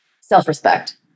self-respect